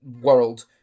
world